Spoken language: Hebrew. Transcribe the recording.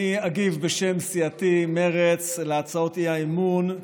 אני אגיב בשם סיעתי מרצ על הצעות האי-אמון.